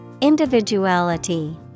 Individuality